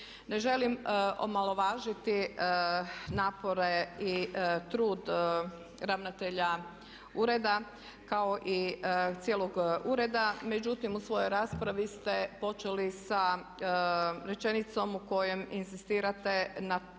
Ne želim omalovažiti napore i trud ravnatelja ureda kao i cijelog ureda međutim u svojoj raspravi ste počeli sa rečenicom u kojoj inzistirate na